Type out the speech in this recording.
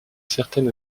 certaine